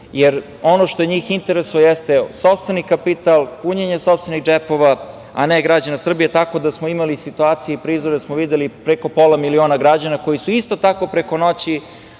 jer ono što njih interesuje jeste sopstveni kapital, punjenje sopstvenih džepova, a ne građana Srbije, tako da smo imali situacije i prizore gde smo videli preko pola miliona građana koji su isto tako preko noći